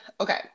okay